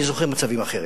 אני זוכר מצבים אחרים.